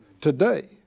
today